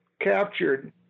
captured